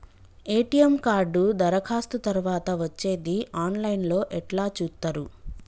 ATM card దరఖాస్తు తరువాత వచ్చేది ఆన్ లైన్ లో ఎట్ల చూత్తరు?